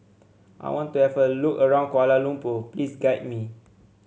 I want to have a look around Kuala Lumpur please guide me